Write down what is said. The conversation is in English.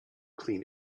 clean